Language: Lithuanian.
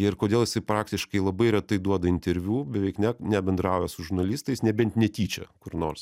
ir kodėl jisai praktiškai labai retai duoda interviu beveik ne nebendrauja su žurnalistais nebent netyčia kur nors